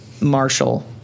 Marshall